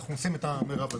אנחנו עושים את המירב.